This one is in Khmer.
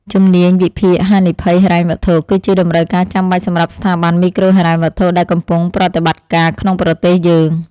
ជំនាញវិភាគហានិភ័យហិរញ្ញវត្ថុ គឺជាតម្រូវការចាំបាច់សម្រាប់ស្ថាប័នមីក្រូហិរញ្ញវត្ថុដែលកំពុងប្រតិបត្តិការក្នុងប្រទេសយើង។